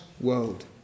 world